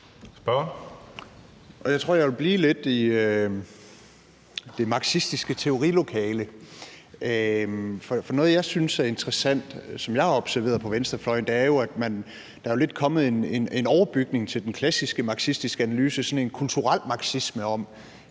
(LA): Jeg tror, jeg vil blive lidt i det marxistiske teorilokale, for noget, jeg synes er interessant, og som jeg har observeret på venstrefløjen, er jo, at der lidt er kommet en overbygning til den klassiske marxistiske analyse, sådan en kulturel marxisme om,